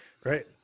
Great